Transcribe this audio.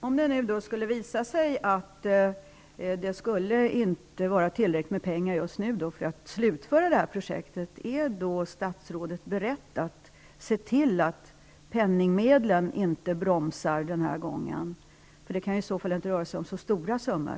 Fru talman! Om det skulle visa sig att det inte finns tillräckligt med pengar för att slutföra projektet, är statsrådet då beredd att se till att brist på penningmedel inte bromsar den här gången? Det kan ju i varje fall inte röra sig om så stora summor.